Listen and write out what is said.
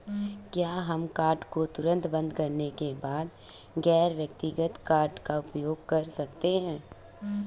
क्या हम कार्ड को तुरंत बंद करने के बाद गैर व्यक्तिगत कार्ड का उपयोग कर सकते हैं?